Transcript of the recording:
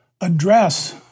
address